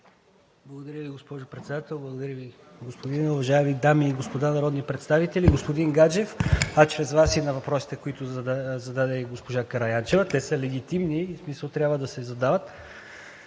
Благодаря Ви, госпожо Председател, благодаря Ви, господине. Уважаеми дами и господа народни представители! Господин Гаджев, чрез Вас – и на въпросите, които зададе госпожа Караянчева. Те са легитимни, в смисъл – трябва да се задават,